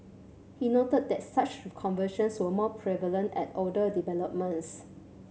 he noted that such conversions were more prevalent at older developments